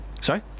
Sorry